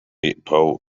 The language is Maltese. jibqgħu